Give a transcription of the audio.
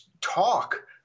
talk